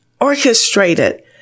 orchestrated